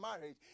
marriage